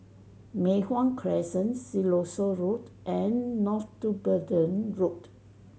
Mei Hwan Crescent Siloso Road and Northumberland Road